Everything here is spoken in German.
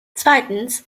zweitens